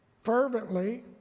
fervently